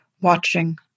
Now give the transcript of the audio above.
Watching